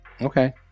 Okay